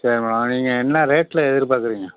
சரி மேடோம் நீங்கள் என்ன ரேட்ல எதிர்பார்க்குறீங்க